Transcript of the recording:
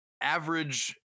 average